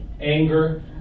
anger